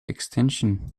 extension